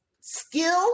skill